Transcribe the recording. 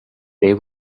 they